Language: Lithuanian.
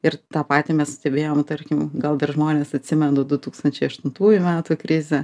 ir tą patį mes stebėjom tarkim gal dar žmonės atsimenu du tūkstančiai aštuntųjų metų krizę